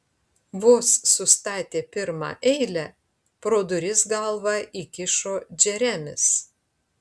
vos sustatė pirmą eilę pro duris galvą įkišo džeremis